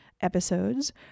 episodes